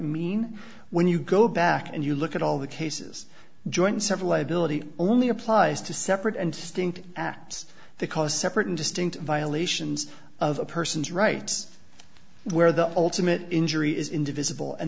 mean when you go back and you look at all the cases joint several liability only applies to separate and distinct acts they cause separate and distinct violations of a person's rights where the ultimate injury is indivisible and